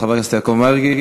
חבר הכנסת יעקב מרגי,